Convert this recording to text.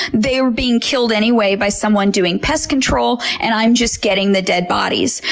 they're being killed anyway by someone doing pest control and i'm just getting the dead bodies.